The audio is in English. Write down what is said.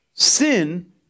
Sin